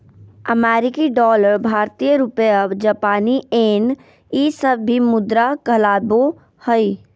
अमेरिकी डॉलर भारतीय रुपया जापानी येन ई सब भी मुद्रा कहलाबो हइ